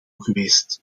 geweest